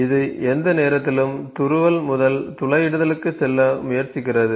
இது எந்த நேரத்திலும் துருவல் முதல் துளையிடுதலுக்கு செல்ல முயற்சிக்கிறது